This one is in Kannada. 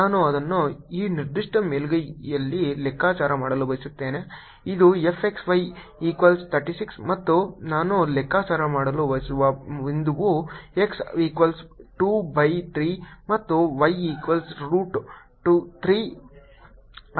ನಾನು ಅದನ್ನು ಈ ನಿರ್ದಿಷ್ಟ ಮೇಲ್ಮೈಯಲ್ಲಿ ಲೆಕ್ಕಾಚಾರ ಮಾಡಲು ಬಯಸುತ್ತೇನೆ ಅದು fxy ಈಕ್ವಲ್ಸ್ 36 ಮತ್ತು ನಾನು ಲೆಕ್ಕಾಚಾರ ಮಾಡಲು ಬಯಸುವ ಬಿಂದುವು x ಈಕ್ವಲ್ಸ್ 2 ಬೈ 3 ಮತ್ತು y ಈಕ್ವಲ್ಸ್ ರೂಟ್ 3 ಆಗಿದೆ